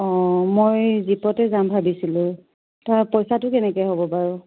অ' মই জীপতে যাম ভাবিছিলোঁ তাৰ পইচাটো কেনেকৈ হ'ব বাৰু